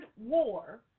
war